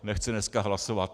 A nechce dneska hlasovat.